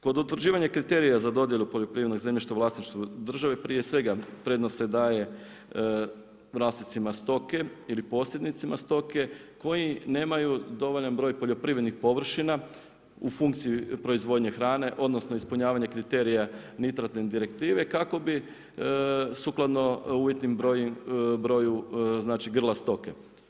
Kod utvrđivanja kriterija za dodjelu poljoprivrednog zemljišta u vlasništvu države, prije svega prednost se daje vlasnicima stoke ili posjednicima stoke, koji nemaju dovoljan broj poljoprivrednih površina u funkciji proizvodnje hrane, odnosno ispunjavanje kriterija Nitratne direktive kako bi sukladno uvjetnom broju znači grla stoke.